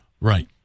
Right